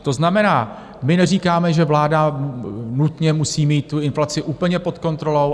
To znamená, my neříkáme, že vláda nutně musí mít inflaci úplně pod kontrolou.